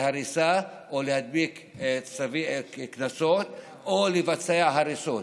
הריסה או להדביק קנסות או לבצע הריסות,